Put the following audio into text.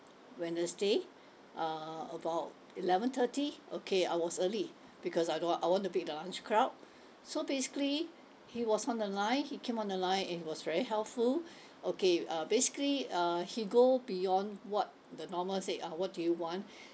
wednesday uh about eleven thirty okay I was early because I don't want I want to beat the lunch crowd so basically he was on the line he came on the line and was very helpful okay uh basically uh he go beyond what the normal said ah what do you want